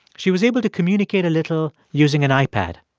she was able to communicate a little using an ipad.